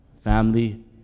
family